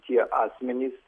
tie asmenys